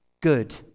good